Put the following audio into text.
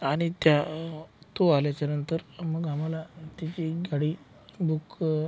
आणि त्या तो आल्याच्यानंतर मग आम्हाला तीच एक गाडी बुक